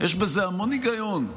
יש בזה המון היגיון.